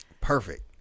perfect